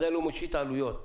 ודאי לא משית עלויות.